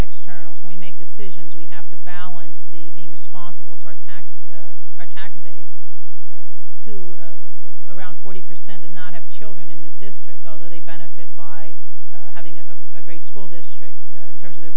externals we make decisions we have to balance the being responsible to our tax our tax base who around forty percent and not have children in this district although they benefit by having a great school district in terms of the